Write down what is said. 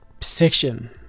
section